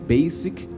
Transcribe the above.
Basic